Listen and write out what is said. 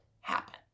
happen